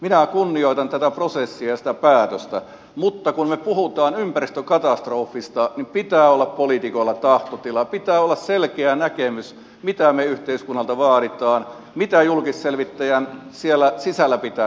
minä kunnioitan tätä prosessia ja sitä päätöstä mutta kun me puhumme ympäristökatastrofista niin pitää olla poliitikoilla tahtotila pitää olla selkeä näkemys mitä me yhteiskunnalta vaadimme mitä julkisselvittäjän siellä sisällä pitää tehdä